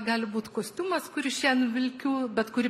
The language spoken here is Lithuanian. gali būt kostiumas kurį šian vilkiu bet kurį